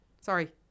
sorry